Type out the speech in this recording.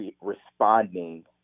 responding